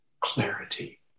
clarity